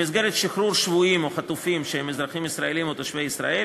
במסגרת שחרור שבויים או חטופים שהם אזרחים ישראלים או תושבי ישראל,